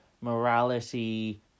morality